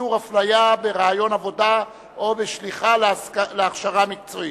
איסור הפליה בראיון עבודה או בשליחה להכשרה מקצועית).